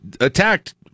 attacked